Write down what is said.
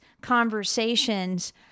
conversations